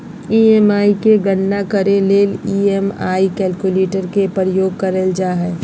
EMI के गणना करे ले ई.एम.आई कैलकुलेटर के प्रयोग करल जा हय